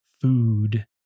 food